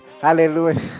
Hallelujah